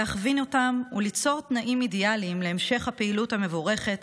להכווין אותם וליצור תנאים אידיאליים להמשך הפעילות המבורכת,